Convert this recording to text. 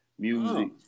music